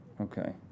Okay